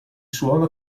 suona